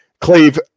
Cleve